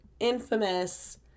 Infamous